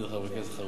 חברי כנסת חרוצים,